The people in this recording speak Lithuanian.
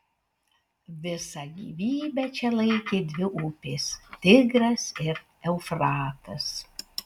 visą gyvybę čia laikė dvi upės tigras ir eufratas